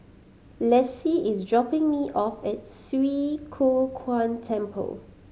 Lexi is dropping me off at Swee Kow Kuan Temple